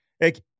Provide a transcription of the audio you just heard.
Like-